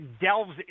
delves